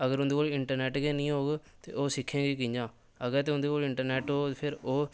अगर उं'दे कोल इंटरनेट गै नी होग ते ओह् सिक्खे गे कियां अगर ते उंदे कोल इंटरनेट होग ते फिर ओह्